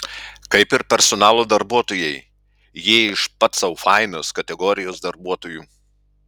kaip ir personalo darbuotojai jie iš pats sau fainas kategorijos darbuotojų